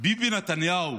ביבי נתניהו,